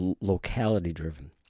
locality-driven